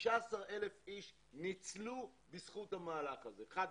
15,000 איש ניצלו בזכות המהלך הזה, חד-משמעית.